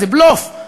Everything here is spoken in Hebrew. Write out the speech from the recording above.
זה בלוף,